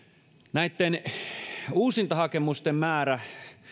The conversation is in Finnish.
näitten uusintahakemusten määrä